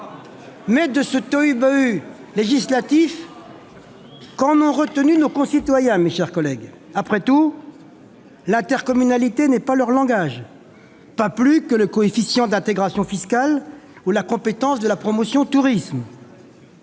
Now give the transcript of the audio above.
De ce tohu-bohu législatif, que reteindront nos concitoyens, mes chers collègues ? Après tout, l'intercommunalité n'est pas leur langage, non plus que le coefficient d'intégration fiscale ou la compétence relative à la promotion du tourisme